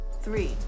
Three